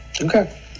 Okay